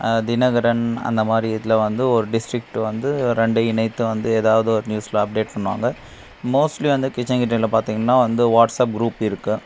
தினகரன் அந்த மாதிரி இதில் வந்து ஒரு டிஸ்ட்ரிக்ட்டு வந்து ரெண்டும் இணைத்து வந்து ஏதாவது ஒரு நியூஸில் அப்டேட் பண்ணுவாங்க மோஸ்ட்லி வந்து கிருஷ்ணகிரில பார்த்தீங்கன்னா வந்து வாட்ஸ்ஆப் குரூப் இருக்கும்